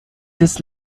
des